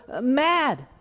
mad